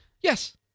Yes